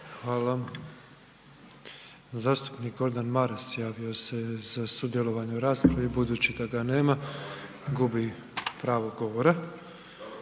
Hvala. Zastupnik Gordan Maras javio se za sudjelovanje u raspravi, budući da ga nema gubi pravo govora.